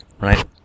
right